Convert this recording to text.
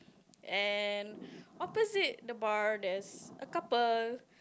and opposite the bar there's a couple